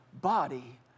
body